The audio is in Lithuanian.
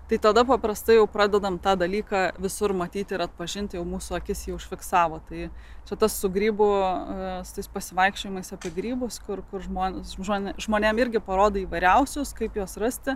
tai tada paprastai jau pradedam tą dalyką visur matyti ir atpažinti jau mūsų akis jau užfiksavo tai čia tas su grybų pasivaikščiojimais apie grybus kur kur žmonės žmonėm irgi parodai įvairiausius kaip juos rasti